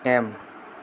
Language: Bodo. एम